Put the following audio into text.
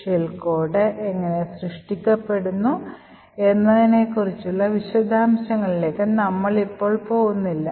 shell code എങ്ങനെ സൃഷ്ടിക്കപ്പെടുന്നു എന്നതിനെക്കുറിച്ചുള്ള വിശദാംശങ്ങളിലേക്ക് നമ്മൾ ഇപ്പോൾ പോകുന്നില്ല